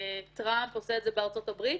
טראמפ עושה את זה בארצות הברית,